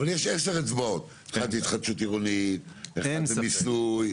אבל יש עשר אצבעות, התחדשות עירונית, מיסוי,